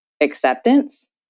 acceptance